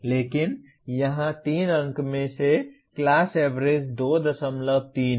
लेकिन यहाँ 3 अंक में से क्लास एवरेज 23 है